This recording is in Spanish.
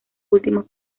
últimos